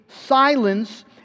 silence